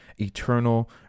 eternal